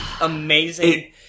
amazing